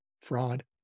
fraud